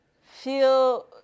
feel